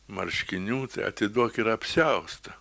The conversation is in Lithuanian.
marškinių tai atiduok ir apsiaustą